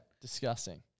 Disgusting